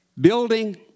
building